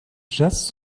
just